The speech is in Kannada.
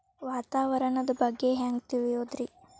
ವಾತಾವರಣದ ಬಗ್ಗೆ ಹ್ಯಾಂಗ್ ತಿಳಿಯೋದ್ರಿ?